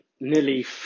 nearly